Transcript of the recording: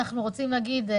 אנחנו רוצים להגיד,